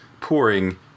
pouring